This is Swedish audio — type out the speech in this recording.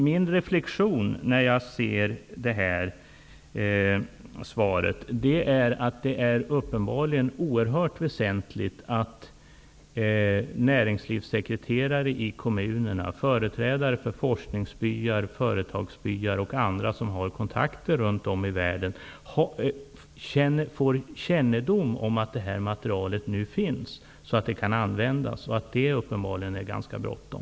Min reflexion är att det uppenbarligen är oerhört väsentligt att näringslivssekreterare i kommunerna, företrädare för forskningsbyar, företagsbyar och andra som har kontakter runt om i världen får kännedom om att detta material finns, så att det kan användas. Uppenbarligen är det ganska bråttom.